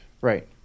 Right